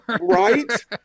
right